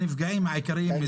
אנחנו הנפגעים העיקריים מזה.